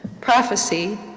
Prophecy